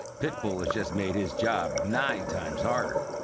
pitbull's just made his job nine times harder.